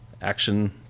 Action